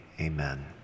amen